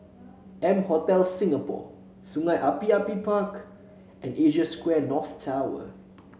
M Hotel Singapore Sungei Api Api Park and Asia Square North Tower